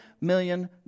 million